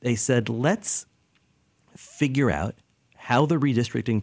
they said let's figure out how the redistricting